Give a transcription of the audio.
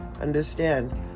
understand